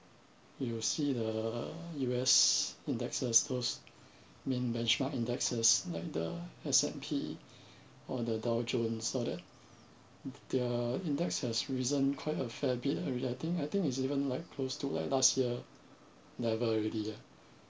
you see the U_S indexes those main benchmark indexes like the S_N_P or the dow jones all that their index has risen quite a fair bit already I think I think it's even like close to like last year level already ya